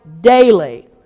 daily